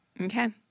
Okay